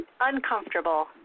uncomfortable